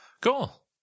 cool